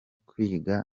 kwiga